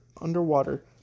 underwater